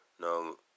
No